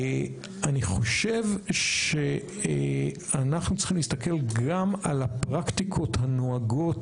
אני חושב שאנחנו צריכים להסתכל גם על הפרקטיקות הנוהגות